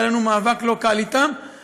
היה לנו מאבק לא קל אתם,